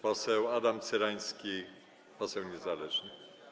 Poseł Adam Cyrański, poseł niezależny.